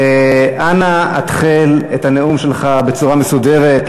אנא התחל את הנאום שלך בצורה מסודרת,